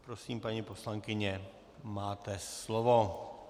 Prosím, paní poslankyně, máte slovo.